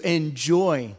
enjoy